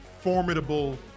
formidable